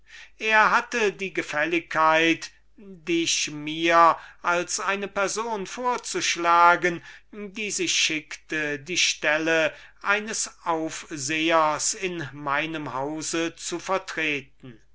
er hatte die gefälligkeit dich mir als eine person vorzuschlagen die sich schickte die stelle eines aufsehers in meinem hause zu vertreten